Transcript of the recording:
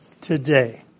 today